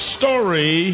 story